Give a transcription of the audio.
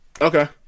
okay